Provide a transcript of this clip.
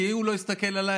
כי הוא לא הסתכל עליי,